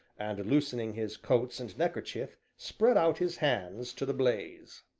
and, loosening his coats and neckerchief, spread out his hands to the blaze.